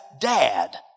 dad